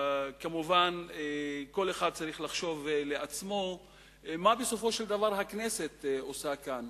וכמובן כל אחד צריך לחשוב לעצמו מה בסופו של דבר הכנסת עושה כאן,